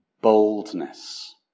boldness